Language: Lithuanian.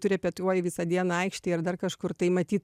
tu repetuoji visą dieną aikštėje ar dar kažkur tai matyt